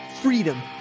freedom